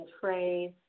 phrase